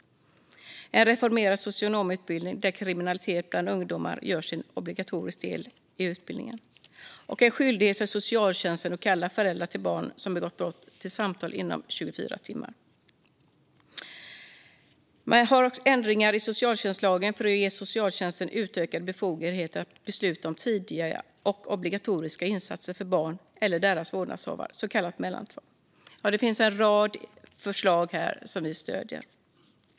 Vi inför också en reformerad socionomutbildning där kriminalitet bland ungdomar görs till en obligatorisk del i utbildningen, en skyldighet för socialtjänsten att kalla föräldrar till barn som begått brott till samtal inom 24 timmar samt ändringar i socialtjänstlagen för att ge socialtjänsten utökade befogenheter att besluta om tidiga och obligatoriska insatser för barn eller deras vårdnadshavare, så kallat mellantvång. Ja, det finns en rad förslag som vi stöder.